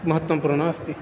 महत्वपूर्णम् अस्ति